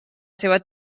seva